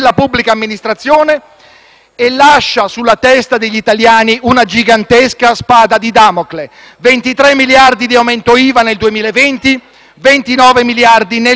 Sapete quali saranno le conseguenze di questa spada di Damocle? Chi avrà la sfortuna di impostare la manovra per il 2020 potrà fare solo due cose: